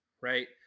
right